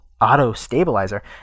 auto-stabilizer